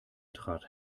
trat